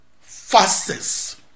fastest